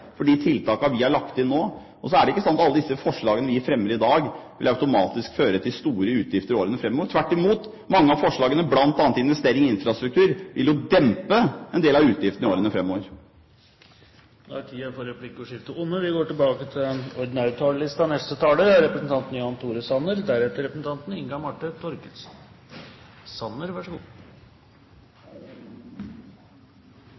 for de tiltakene vi har lagt inn nå. Det er ikke slik at alle de forslagene vi fremmer i dag, automatisk vil føre til store utgifter i årene framover. Tvert imot vil mange av forslagene, bl.a. investering i infrastruktur, dempe en del av utgiftene i årene framover. Replikkordskiftet er omme. I en turbulent tid da mange land i Europa opplever gjelds- og jobbkriser i kjølvannet av finanskrisen, kan vi glede oss over at det fortsatt går